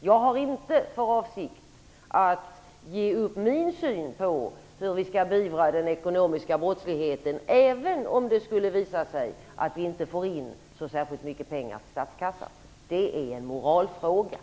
Jag har inte för avsikt att ge upp min syn på hur vi skall beivra den ekonomiska brottsligheten även om det skulle visa sig att vi inte får in särskilt mycket pengar till statskassan. Det är en fråga om moral.